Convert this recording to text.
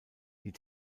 die